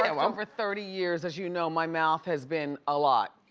and um for thirty years, as you know, my mouth has been a lot.